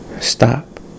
stop